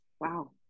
wow